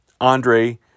Andre